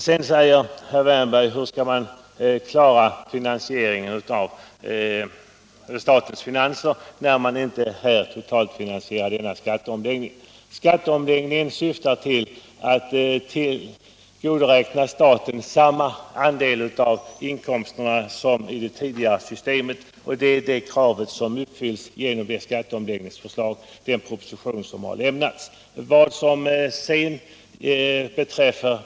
Herr Wärnberg frågade hur man skall klara statens finanser, när man inte totalfinansierar denna skatteomläggning. Skatteomläggningen syftar till att tillgodoräkna staten samma andel av inkomsterna som i det tidigare systemet. Det kravet uppfylls genom den proposition som har lämnats.